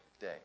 day